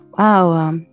Wow